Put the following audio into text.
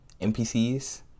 NPCs